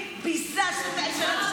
ביזה של אנשים שעובדים.